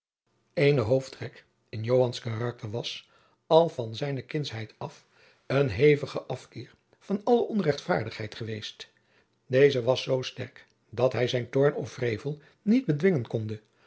eene hoofdtrek in joans karakter was al van zijne kindschheid af een hevige afkeer van alle onrechtvaardigheid geweest deze was zoo sterk dat hij zijn toorn of wrevel niet bedwingen konde